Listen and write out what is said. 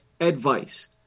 advice